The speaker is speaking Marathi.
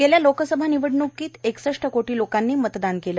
गेल्या लोकसभा निवडण्कीत एकसष्ट कोटी लोकांनी मतदान केलं